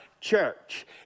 church